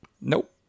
Nope